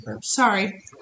Sorry